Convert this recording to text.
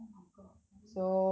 oh my god are you serious